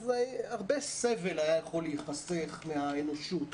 אז הרבה סבל היה יכול להיחסך מהאנושות.